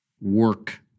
work